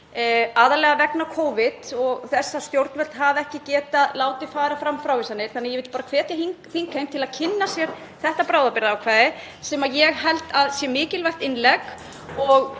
aðallega vegna Covid og þess að stjórnvöld hafa ekki getað látið fara fram frávísanir. Ég vil bara hvetja þingheim til að kynna sér þetta bráðabirgðaákvæði sem ég held að sé mikilvægt innlegg